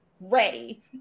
ready